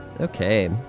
okay